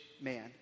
man